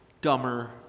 dumber